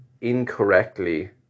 incorrectly